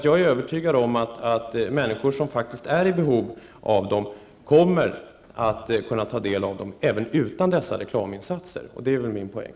Jag är övertygad om att människor som är i behov av dem kommer att kunna ta del av dem även utan dessa reklaminsatser. Det är min poäng.